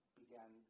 began